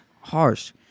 harsh